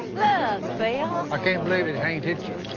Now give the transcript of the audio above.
yeah phil! i can't believe it ain't hit you.